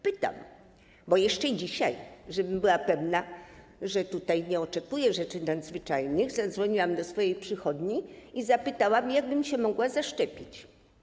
Pytam, bo jeszcze dzisiaj - po to, żebym była pewna, że nie oczekuję rzeczy nadzwyczajnych - zadzwoniłam do swojej przychodni i zapytałam, jak bym się mogła zaszczepić.